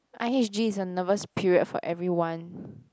i_h_g is a nervous period for everyone